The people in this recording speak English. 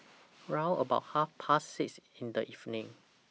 round about Half Past six in The evening